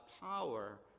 power